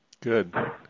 good